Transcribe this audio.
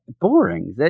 boring